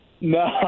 No